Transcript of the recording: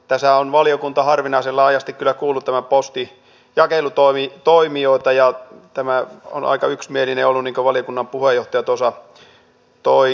tässä on valiokunta harvinaisen laajasti kyllä kuullut näitä postinjakelutoimijoita ja tämä on aika yksimielinen ollut niin kuin valiokunnan puheenjohtaja tuossa toi esiin